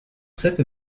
cette